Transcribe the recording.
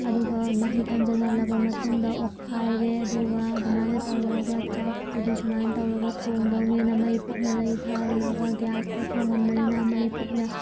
ꯑꯗꯨꯒ ꯃꯍꯤ ꯀꯪꯁꯤꯜꯍꯜꯂꯕ ꯃꯇꯨꯡꯗ ꯑꯣꯠꯈꯥꯏꯔꯦ ꯑꯗꯨꯒ ꯑꯗꯨꯃꯥꯏꯅ ꯇꯧꯔꯒ ꯆꯥꯛꯇꯨꯗꯤ ꯁꯨꯃꯥꯏꯅ ꯇꯧꯔꯒ ꯊꯣꯡꯗꯧꯅꯦꯅ ꯃꯩ ꯄꯤꯛꯅ ꯂꯩꯊꯍꯜꯂꯒ ꯒ꯭ꯌꯥꯁꯇ ꯊꯣꯡꯍꯟꯕꯅꯤꯅ ꯃꯩ ꯄꯤꯛꯅ